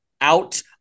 out